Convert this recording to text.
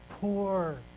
poor